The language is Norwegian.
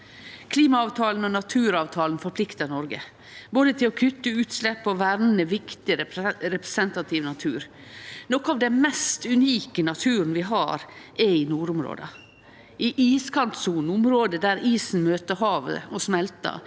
Klimaavtalen og naturavtalen forpliktar Noreg til både å kutte utslepp og verne viktig representativ natur. Noko av den mest unike naturen vi har, er i nordområda. I iskantsonene, områda der isen møter havet og smeltar,